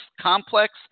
Complex